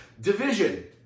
Division